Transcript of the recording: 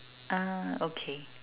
ah okay